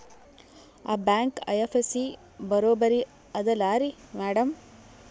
ಆ bank IFSC ಬರೊಬರಿ ಅದಲಾರಿ ಮ್ಯಾಡಂ?